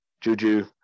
Juju